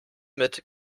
mit